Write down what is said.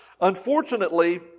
Unfortunately